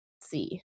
see